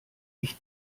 ich